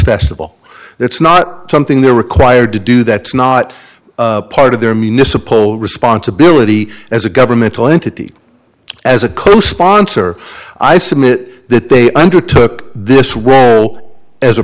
festival that's not something they're required to do that's not part of their municipal responsibility as a governmental entity as a co sponsor i submit that they undertook this role as a